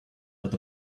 what